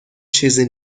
چیزی